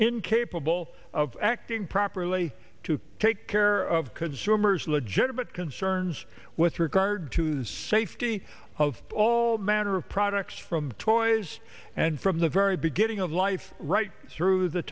incapable of acting properly to take care of consumers legitimate concerns with regard to the safety of all manner of products from toys and from the very beginning of life right through the